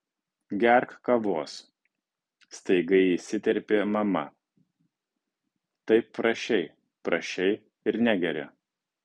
gerk kavos staiga įsiterpė mama taip prašei prašei ir negeri